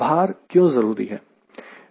भार क्यों जरूरी है